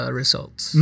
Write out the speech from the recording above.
results